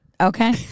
Okay